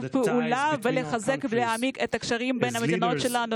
פעולה ולחזק ולהעמיק את הקשרים בין המדינות שלנו.